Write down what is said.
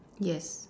yes